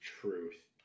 Truth